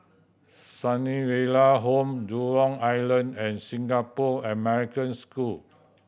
Sunnyville Home Jurong Island and Singapore American School